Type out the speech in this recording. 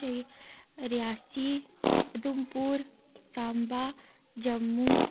Reasi Udhampur Samba Jammu